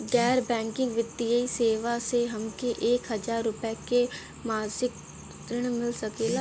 गैर बैंकिंग वित्तीय सेवाएं से हमके एक हज़ार रुपया क मासिक ऋण मिल सकेला?